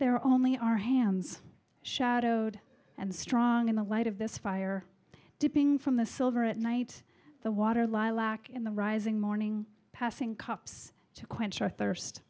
their only our hands and strong in the light of this fire dipping from the silver at night the water lilac in the rising morning passing cops to quench our thirst